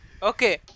Okay